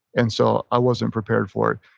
and so i wasn't prepared for it.